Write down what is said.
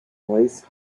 least